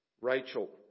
Rachel